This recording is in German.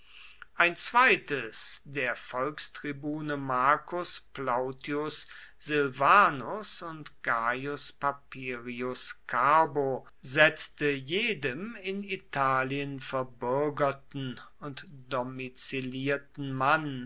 ein zweites der volkstribune marcus plautius silvanus und gaius papirius carbo setzte jedem in italien verbürgerten und domizilierten mann